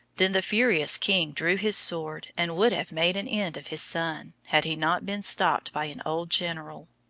then the furious king drew his sword and would have made an end of his son, had he not been stopped by an old general.